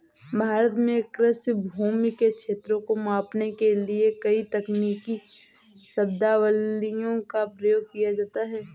भारत में कृषि भूमि के क्षेत्रफल को मापने के लिए कई तकनीकी शब्दावलियों का प्रयोग किया जाता है